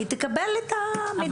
היא תקבל את המידע הזה.